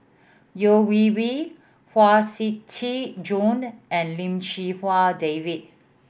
Yeo Wei Wei Huang Shiqi Joan and Lim Chee Wai David